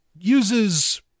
uses